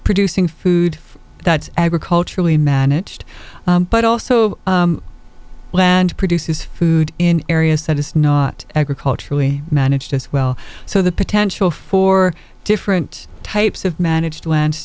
producing food that's agriculturally managed but also land produces food in areas that is not agriculturally managed as well so the potential for different types of managed land